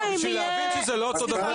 לא, לא, בשביל להבהיר שזה לא אותו דבר.